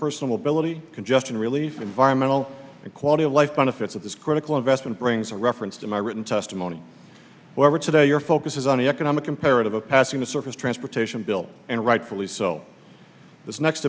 personal billig congestion relief environmental quality of life benefits of this critical investment brings a reference to my written testimony however today your focus is on the economic imperative of passing the surface transportation bill and rightfully so this next